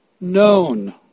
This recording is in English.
known